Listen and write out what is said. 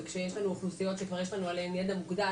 וכשיש לנו אוכלוסיות שכבר יש לנו עליהן ידע מוקדם,